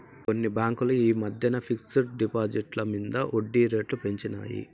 కొన్ని బాంకులు ఈ మద్దెన ఫిక్స్ డ్ డిపాజిట్ల మింద ఒడ్జీ రేట్లు పెంచినాయి